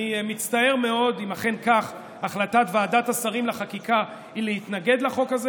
אני מצטער מאוד אם אכן החלטת ועדת השרים לחקיקה היא להתנגד לחוק הזה.